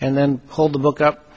and then hold the book up